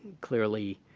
clearly,